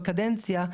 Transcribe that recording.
בקדנציה,